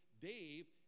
Dave